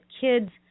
kids